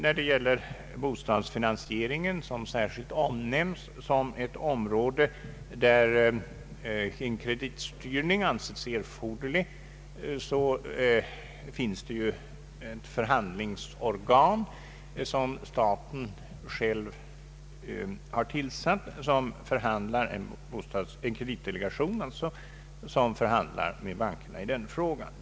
När det gäller bostadsfinansieringen, som särskilt omnämns som ett område där en kreditstyrning anses erforderlig, finns förhandlingsorgan som staten själv har tillsatt — en kreditdelegation, som förhandlar med bankerna i dylika frågor.